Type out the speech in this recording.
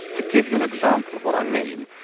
to give you an example of what i mean,